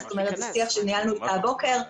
זה שיח שניהלנו אתה הבוקר,